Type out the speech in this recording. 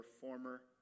former